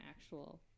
actual